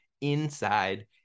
inside